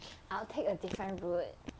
I'll take a different route